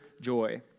joy